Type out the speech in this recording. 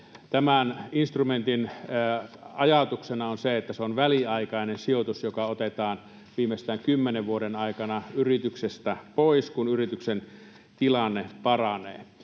Tämän instrumentin ajatuksena on se, että se on väliaikainen sijoitus, joka otetaan viimeistään 10 vuoden aikana yrityksestä pois, kun yrityksen tilanne paranee.